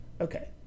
Okay